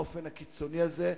באופן הקיצוני הזה,